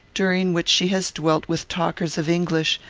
during which she has dwelt with talkers of english,